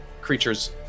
creatures